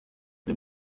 iyo